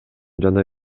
жана